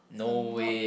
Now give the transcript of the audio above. I'm not